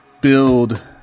build